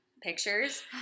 pictures